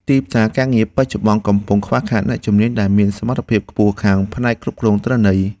ទីផ្សារការងារបច្ចុប្បន្នកំពុងខ្វះខាតអ្នកជំនាញដែលមានសមត្ថភាពខ្ពស់ខាងផ្នែកគ្រប់គ្រងទិន្នន័យ។